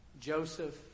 Joseph